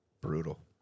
Brutal